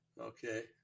okay